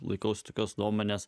laikausi tokios nuomonės